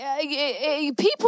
people